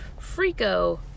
Frico